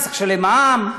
אני צריך לשלם מע"מ,